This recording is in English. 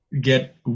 get